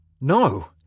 No